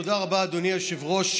תודה רבה, אדוני היושב-ראש.